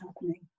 happening